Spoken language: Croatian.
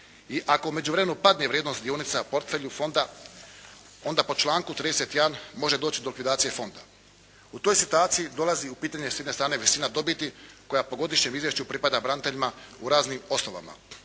i ako u međuvremenu padne vrijednost dionica u portfelju Fonda, onda po članku 31. može doći do likvidacije fonda. U toj situaciji dolazi u pitanje s jedne strane visina dobiti koja po Godišnjem izvješću pripada braniteljima u raznim osnovama.